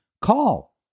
call